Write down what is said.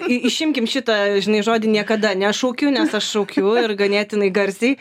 išimkim šitą žinai žodį niekada nešaukiu nes aš šaukiu ir ganėtinai garsiai